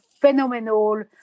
phenomenal